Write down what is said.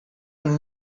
een